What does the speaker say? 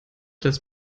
lässt